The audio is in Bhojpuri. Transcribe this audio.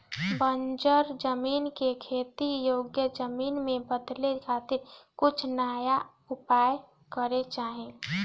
बंजर जमीन के खेती योग्य जमीन में बदले खातिर कुछ उपाय करे के चाही